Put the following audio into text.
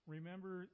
Remember